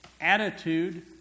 attitude